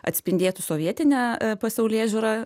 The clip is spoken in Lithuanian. atspindėtų sovietinę pasaulėžiūrą